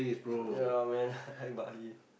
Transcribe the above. um yeah man I went Bali